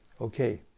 Okay